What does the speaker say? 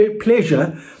pleasure